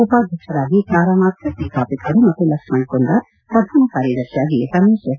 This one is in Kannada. ಉಪಾಧ್ಯಕ್ಷರಾಗಿ ತಾರಾನಾಥ್ ಗಟ್ಟ ಕಾಪಿಕಾಡು ಮತ್ತು ಲಕ್ಷ್ಣಣ್ ಕುಂದಾರ್ ಪ್ರಧಾನ ಕಾರ್ಯದರ್ಶಿಯಾಗಿ ರಮೇಶ್ ಎಸ್